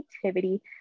Creativity